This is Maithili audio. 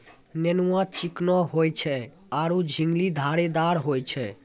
नेनुआ चिकनो होय छै आरो झिंगली धारीदार होय छै